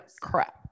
crap